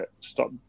stop